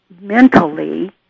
mentally